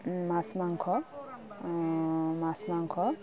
মাছ মাংস মাছ মাংস